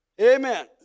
Amen